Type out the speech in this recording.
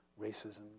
racism